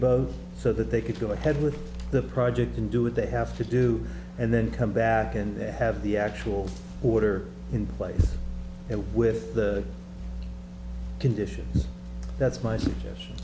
both so that they could go ahead with the project and do it they have to do and then come back and have the actual order in place it with the conditions that's my suggestion